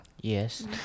Yes